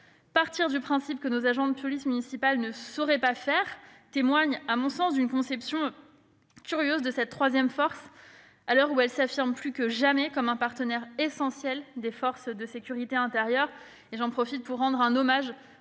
Partir du principe que nos agents de police municipale ne sauraient pas faire témoigne, à mon sens, d'une conception curieuse de cette troisième force à l'heure où elle s'affirme plus que jamais comme un partenaire essentiel des forces de sécurité intérieure. J'en profite pour rendre hommage